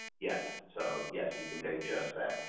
yes, so yes you can pay just that.